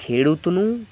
ખેડૂતનું